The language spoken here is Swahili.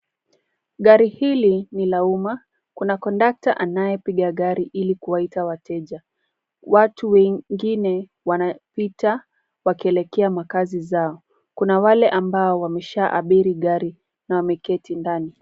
Gari hili ni la umma. Kuna kondakta anayepiga gari ili kuwaita wateja. Watu wengine wanapita wakielekea makazi zao. Kuna wale ambao wamesha abiri gari na wameketi ndani.